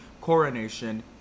coronation